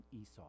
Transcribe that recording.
Esau